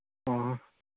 ꯑꯣ